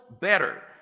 better